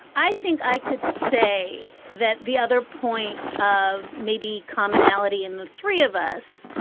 i think i could say that the other point of maybe commonality in the three of us,